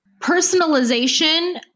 Personalization